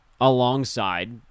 alongside